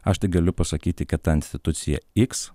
aš tegaliu pasakyti kad ta institucija x